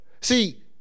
See